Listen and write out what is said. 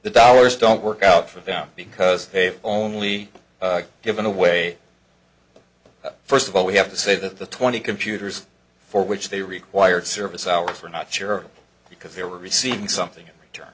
the dollars don't work out for them because they've only given away first of all we have to say that the twenty computers for which they required service hours were not sure because they were receiving something in return